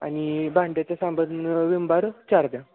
आणि भांड्याचं साबण व्हिम बार चार द्या